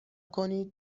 کنید